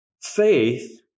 Faith